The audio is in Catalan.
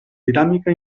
dinàmica